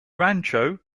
rancho